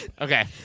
Okay